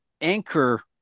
anchor